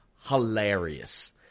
hilarious